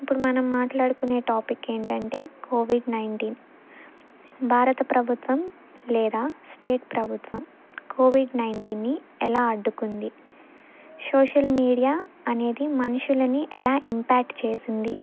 ఇప్పుడు మనం మాట్లాడుకునే టాపిక్ ఏంటంటే కోవిడ్ నైన్టీన్ భారత ప్రభుత్వం లేదా స్టేట్ ప్రభుత్వం కోవిడ్ నైన్టీన్ని ఎలా అడ్డుకుంది సోషల్ మీడియా అనేది మనుషులని ఎలా ఇంప్యాక్ట్ చేసింది